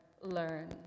learn